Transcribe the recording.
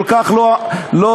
כל כך לא צודק,